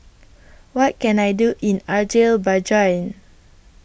What Can I Do in Azerbaijan